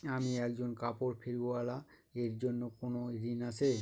আমি একজন কাপড় ফেরীওয়ালা এর জন্য কোনো ঋণ আছে?